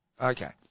Okay